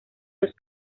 los